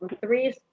three